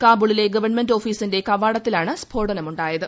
കാബൂളിലെ government ഓഫിസിന്റെ കവാടത്തിലാണ് സ്ഫോടനമുണ്ടായത്